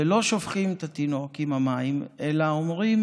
ולא שופכים את התינוק עם המים, אלא אומרים: